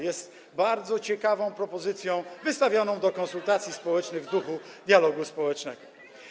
Jest to bardzo ciekawa propozycja, wystawiona do konsultacji społecznych w duchu dialogu społecznego.